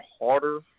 harder